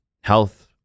health